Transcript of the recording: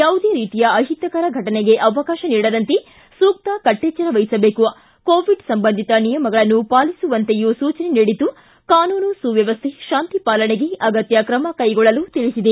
ಯಾವುದೇ ರೀತಿಯ ಅಹಿತಕರ ಘಟನೆಗೆ ಅವಕಾಶ ನೀಡದಂತೆ ಸೂಕ್ತ ಕಟ್ಟೆಚ್ಚರ ವಹಿಸಬೇಕು ಕೋವಿಡ್ ಸಂಬಂಧಿತ ನಿಯಮಗಳನ್ನು ಪಾಲಿಸುವಂತೆಯೂ ಸೂಚನೆ ನೀಡಿದ್ದು ಕಾನೂನು ಸುವ್ಧವಸ್ಥೆ ಶಾಂತಿ ಪಾಲನೆಗೆ ಅಗತ್ಯ ತ್ರಮ ಕೈಗೊಳ್ಳಲು ತಿಳಿಸಿದೆ